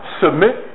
submit